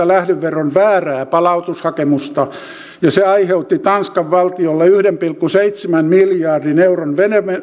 lähdeveron väärää palautushakemusta ja se aiheutti tanskan valtiolle yhden pilkku seitsemän miljardin euron